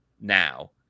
now